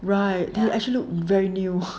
right you actually look very new